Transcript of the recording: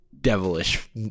devilish